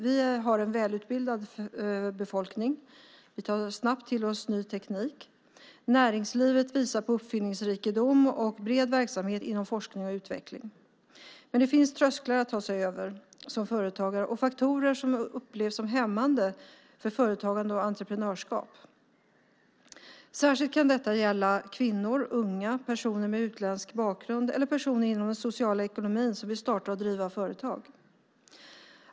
Vi har en välutbildad befolkning. Vi tar snabbt till oss ny teknik. Näringslivet visar på uppfinningsrikedom och bred verksamhet inom forskning och utveckling. Men det finns trösklar att ta sig över som företagare och faktorer som upplevs som hämmande för företagande och entreprenörskap. Detta kan särskilt gälla kvinnor, unga, personer med utländsk bakgrund eller personer inom den sociala ekonomin som vill starta och driva företag.